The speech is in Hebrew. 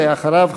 ואחריו,